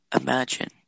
Imagine